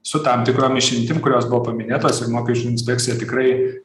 su tam tikrom išimtim kurios buvo paminėtos ir mokesčių inspekciją tikrai